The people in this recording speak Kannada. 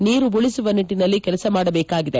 ನೀರು ಉಳಿಸುವ ನಿಟ್ಟನಲ್ಲಿ ಕೆಲಸ ಮಾಡಬೇಕಾಗಿದೆ